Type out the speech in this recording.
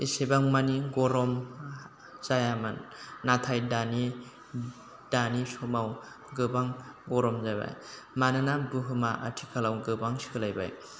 एसेबांमानि गरम जायामोन नाथाय दानि दानि समाव गोबां गरम जाबाय मानोना बुहुमा आथिखालाव गोबां सोलायबाय